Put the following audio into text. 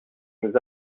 nous